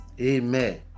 Amen